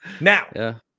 Now